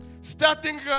Starting